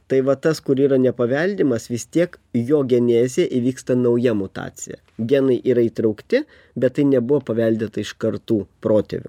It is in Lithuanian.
tai va tas kur yra nepaveldimas vis tiek jo genezė įvyksta nauja mutacija genai yra įtraukti bet tai nebuvo paveldėta iš kartų protėvių